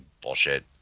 bullshit